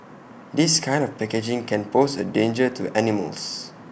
this kind of packaging can pose A danger to animals